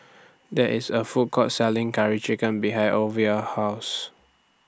There IS A Food Court Selling Curry Chicken behind Ova's House